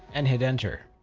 and hit enter.